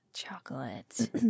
Chocolate